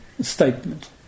statement